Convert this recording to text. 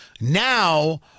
Now